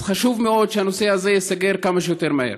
אז חשוב מאוד שהנושא הזה ייסגר כמה שיותר מהר.